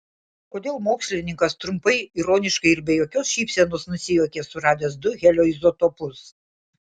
kodėl mokslininkas trumpai ironiškai ir be jokios šypsenos nusijuokė suradęs du helio izotopus